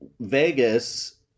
Vegas